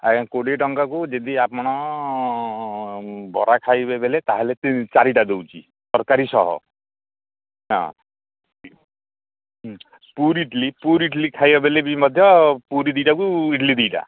ଆଜ୍ଞା କୋଡ଼ିଏ ଟଙ୍କାକୁ ଯଦି ଆପଣ ବରା ଖାଇବେ ବେଲେ ତାହେଲେ ଚାରିଟା ଦେଉଛି ତରକାରୀ ସହ ହଁ ପୁରୀ ଇଡ଼ଲିି ପୁରୀ ଇଡ଼ଲିି ଖାଇବା ବେଲେ ବି ମଧ୍ୟ ପୁରୀ ଦୁଇଟାକୁ ଇଡ଼ଲି ଦୁଇଟା